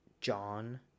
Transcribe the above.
John